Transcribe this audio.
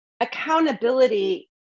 accountability